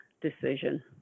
decision